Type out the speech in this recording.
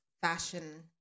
fashion